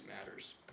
matters